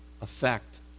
affect